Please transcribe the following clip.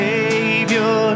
Savior